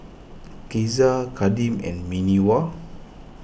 Caesar Kadeem and Minerva